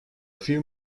few